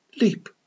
Leap